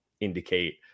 indicate